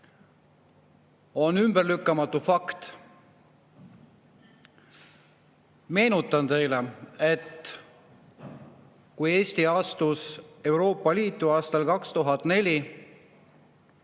on ümberlükkamatu fakt. Meenutan teile, et kui Eesti astus Euroopa Liitu aastal 2004,